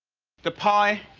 the pie